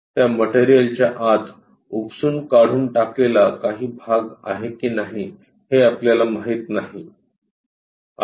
त्या मटेरियलच्या आत उपसून काढून टाकलेला काही भाग आहे की नाही हे आपल्याला माहित नाही